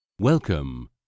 welcome